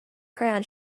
crayon